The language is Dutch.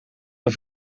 een